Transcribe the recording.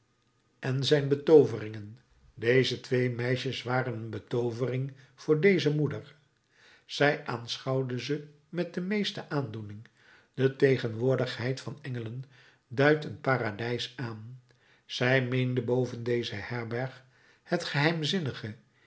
en zijn betooveringen deze twee meisjes waren een betoovering voor deze moeder zij aanschouwde ze met de meeste aandoening de tegenwoordigheid van engelen duidt een paradijs aan zij meende boven deze herberg het geheimzinnig